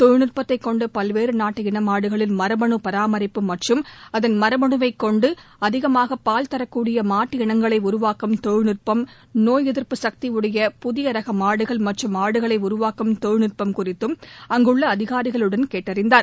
தொழில்நுட்பத்தைக் கொண்டு பல்வேறு நாட்டு இன மாடுகளின் மரபனு பராமரிப்பு மற்றும் அந்த மரபணுவைக் கொண்டு அதிகமாக பால் தரக்கூடிய மாட்டு இனங்களை உருவாக்கும் தொழில்நுட்பம் நோய் எதிர்ப்பு சக்தி உடைய புதிய ரக மாடுகள் மற்றும் ஆடுகளை உருவாக்கும் தொழில்நட்பம் குறித்து அங்குள்ள அதிகாரிகளுடன் கேட்டறிந்தார்